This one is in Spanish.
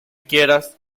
quieras